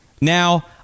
Now